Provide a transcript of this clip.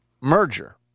merger